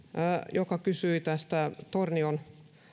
joka kysyi tornion